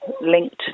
linked